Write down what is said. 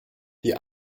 die